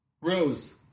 Rose